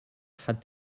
hat